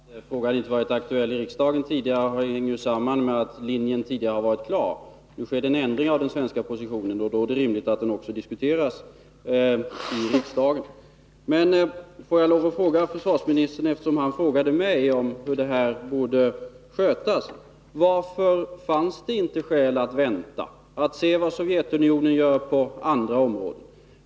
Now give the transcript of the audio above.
Herr talman! Att frågan inte varit aktuell i riksdagen tidigare hänger ju samman med att linjen tidigare har varit klar. Nu sker det en ändring av den svenska positionen, och då är det rimligt att den också diskuteras i riksdagen. Men får jag lov att fråga försvarsministern, eftersom han frågade mig om hur det här borde skötas: Varför fanns det inte skäl att vänta och se vad Sovjetunionen gör på andra områden?